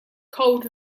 cold